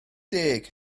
deg